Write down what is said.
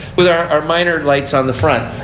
with our minor lights on the front.